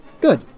Good